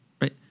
Right